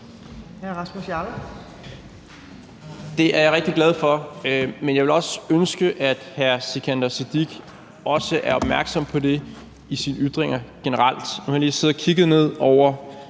Det er jeg rigtig glad for, men jeg ville ønske, at hr. Sikandar Siddique også er opmærksom på det i sine ytringer generelt.